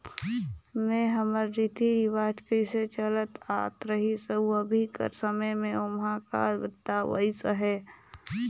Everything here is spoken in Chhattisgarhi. में हमर रीति रिवाज कइसे चलत आत रहिस अउ अभीं कर समे में ओम्हां का बदलाव अइस अहे